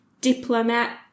diplomat